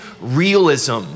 realism